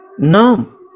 No